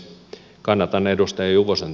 kannatan edustaja juvosen